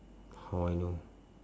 how I know